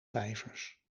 vijvers